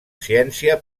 ciència